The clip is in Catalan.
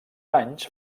anys